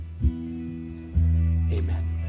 Amen